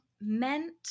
meant